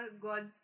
gods